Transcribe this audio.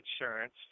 insurance